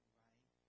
right